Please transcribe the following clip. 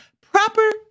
proper